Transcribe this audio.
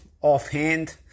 offhand